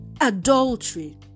adultery